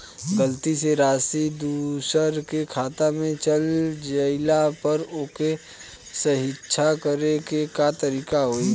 गलती से राशि दूसर के खाता में चल जइला पर ओके सहीक्ष करे के का तरीका होई?